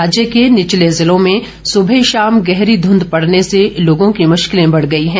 राज्य के निचले जिलों में सुबह शाम गहरी ध्रुंध पड़ने से लोगों की मुश्किलें बढ़ गई हैं